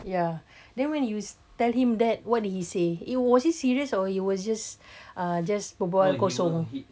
ya then when you tell him that what did he say it was was he serious or he was just uh just berbual kosong